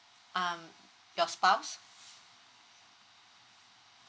um your spouse